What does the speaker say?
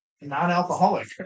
non-alcoholic